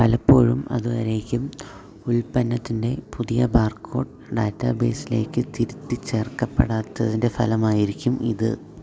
പലപ്പോഴും അതുവരേക്കും ഉൽപ്പന്നത്തിൻ്റെ പുതിയ ബാർകോഡ് ഡാറ്റാബേസിലേക്ക് തിരുത്തിച്ചേർക്കപ്പെടാത്തതിൻ്റെ ഫലമായിരിക്കും ഇത്